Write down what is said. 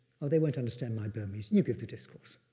oh, they won't understand my burmese, you give the discourse.